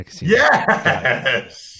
Yes